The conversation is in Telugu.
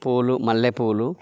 పూలు మల్లెపూలు